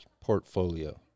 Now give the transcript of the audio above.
portfolio